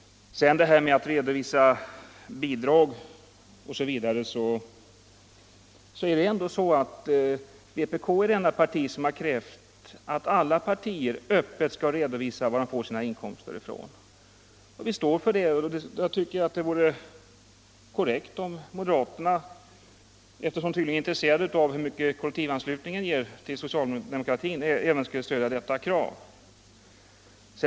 Vad beträffar redovisning av bidrag är vpk det enda parti som har krävt att alla partier öppet skall redovisa varifrån de får sina inkomster. Jag tycker att det vore korrekt om moderaterna, eftersom de tydligen är intresserade av hur mycket kollektivanslutningen ger till socialdemokratin, också stödde detta krav.